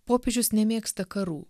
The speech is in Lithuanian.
popiežius nemėgsta karų